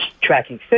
tracking